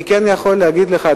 אני יכול להגיד לך,